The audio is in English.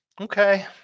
Okay